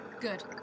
Good